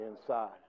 inside